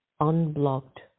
unblocked